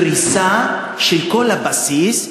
קריסה של כל הבסיס,